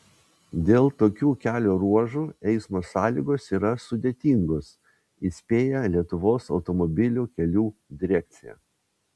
dėl tokių kelio ruožų eismo sąlygos yra sudėtingos įspėja lietuvos automobilių kelių direkcija